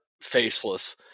faceless